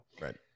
Right